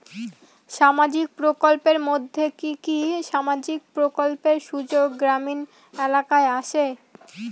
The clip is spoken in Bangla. সামাজিক প্রকল্পের মধ্যে কি কি সামাজিক প্রকল্পের সুযোগ গ্রামীণ এলাকায় আসে?